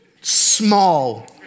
small